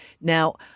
Now